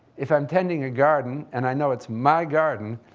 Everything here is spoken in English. if i'm tending a garden and i know it's my garden,